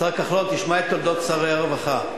השר כחלון, תשמע את תולדות שרי הרווחה.